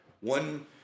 One